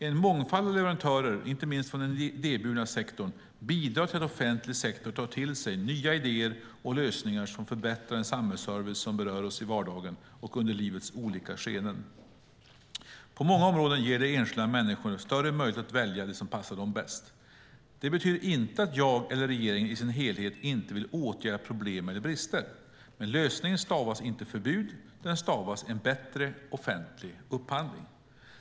En mångfald av leverantörer, inte minst från den idéburna sektorn, bidrar till att offentlig sektor tar till sig nya idéer och lösningar som förbättrar den samhällsservice som berör oss i vardagen och under livets olika skeenden. På många områden ger det enskilda människor större möjlighet att välja det som passar dem bäst. Det betyder inte att jag eller regeringen i sin helhet inte vill åtgärda problem eller brister. Men lösningen stavas inte förbud, den stavas en bättre offentlig upphandling.